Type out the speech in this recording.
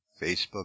Facebook